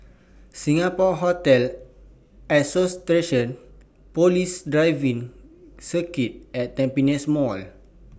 Singapore Hotel Association Police Driving Circuit and Tampines Mall